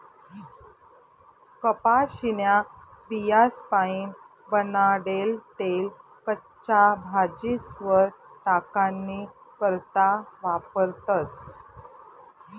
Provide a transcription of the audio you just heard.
कपाशीन्या बियास्पाईन बनाडेल तेल कच्च्या भाजीस्वर टाकानी करता वापरतस